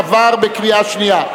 עברה בקריאה שנייה.